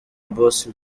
boss